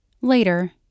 Later